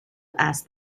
asked